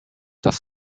das